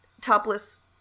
topless